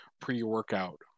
pre-workout